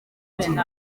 gihe